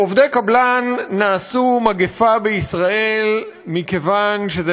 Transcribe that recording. עובדי קבלן נעשו מגפה בישראל מכיוון שזה